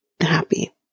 happy